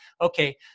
Okay